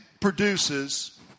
produces